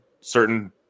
Certain